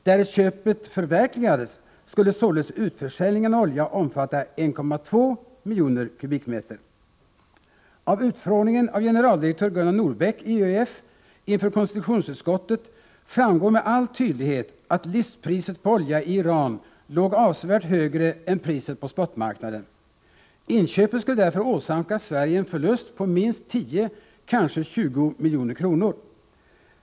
Därest köpet förverkligades skulle utförsäljningen av olja omfatta 1,2 miljoner m?. Av utfrågningen av generaldirektör Gunnar Nordbeck i ÖEF inför konstitutionsutskottet framgår med all tydlighet att listpriset på olja i Iran låg avsevärt högre än priset på spotmarknaden. Inköpet skulle därför åsamka Sverige en förlust på minst 10, kanske 20, milj.kr.